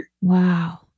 Wow